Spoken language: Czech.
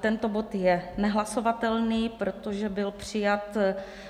Tento bod je nehlasovatelný, protože byl přijat